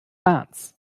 dance